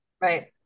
Right